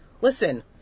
listen